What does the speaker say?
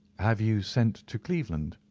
have you sent to cleveland?